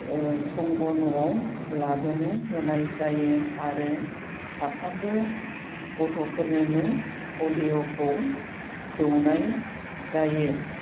ओ संग' न'आव लाबोनो होनाय जायो आरो साफ्रामबो गथ'फोरनोनो पलिय'खौ दौनाय जायो